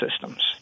Systems